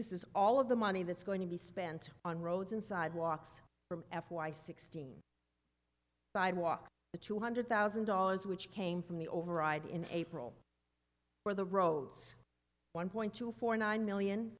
this is all of the money that's going to be spent on roads and sidewalks from f y sixteen walked the two hundred thousand dollars which came from the override in april for the roads one point two four nine million